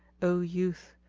o youth,